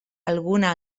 alguna